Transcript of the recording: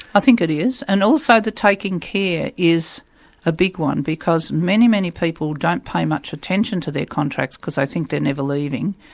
i think it is, and also the taking care is a big one. because many, many people don't pay much attention to their contracts, because they think they're never leaving,